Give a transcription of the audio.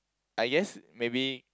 I guess maybe